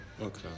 Okay